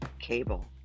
cable